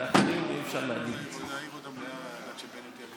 על אחרים אי-אפשר להגיד את זה.